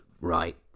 Right